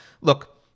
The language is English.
look